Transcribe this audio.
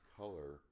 color